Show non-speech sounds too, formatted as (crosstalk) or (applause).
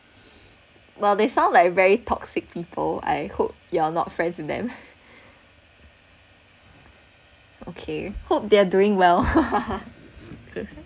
well they sound like a very toxic people I hope you're not friends with them okay hope they're doing well (laughs)